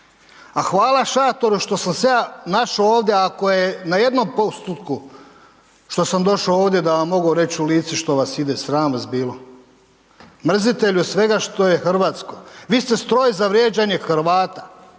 A hvala šatoru što sam se ja našao ovdje, ako je na jednom postotku, što sam došao ovdje da vam mogu reći u lice što vas ide, sram vas bilo. Mrzitelju svega što je hrvatsko. Vi ste stroj za vrijeđanje Hrvata.